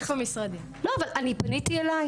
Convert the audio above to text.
לא אבל אני פניתי אליך.